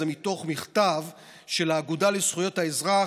זה מתוך מכתב של האגודה לזכויות האזרח